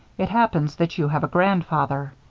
it happens that you have a grandfather.